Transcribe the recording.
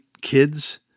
kids